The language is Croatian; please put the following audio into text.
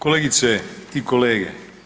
Kolegice i kolege.